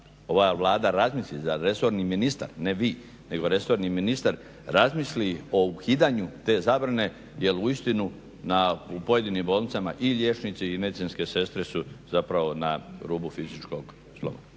ova Vlada razmisli da resorni ministar, ne vi nego resorni ministar razmisli o ukidanju te zabrane jer uistinu u pojedinim bolnicama i liječnici i medicinske sestre su zapravo na rubu fizičkog sloma.